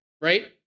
right